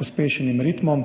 pospešenim ritmom.